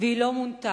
והיא לא מונתה.